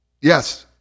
Yes